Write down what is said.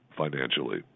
financially